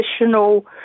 additional